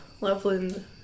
loveland